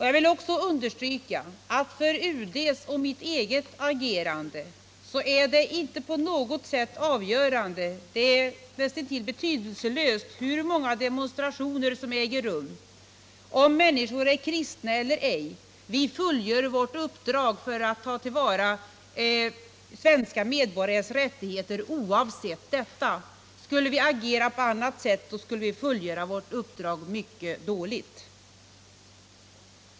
Jag vill också understryka att för UD:s och mitt eget agerande är det inte på något sätt avgörande — det är i och för sig betydelselöst hur många demonstrationer som äger rum — om människor är kristna eller ej; vi fullgör vårt uppdrag för att ta till vara svenska medborgares rättigheter oavsett detta. Om vi agerade på annat sätt skulle vi fullgöra vårt uppdrag mycket dåligt.